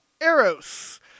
Eros